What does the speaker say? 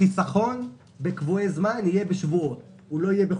החיסכון בקבועי זמן יהיה בשבועות ולא בחודשים,